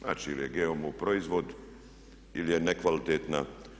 Znači ili je GMO proizvod ili je nekvalitetna.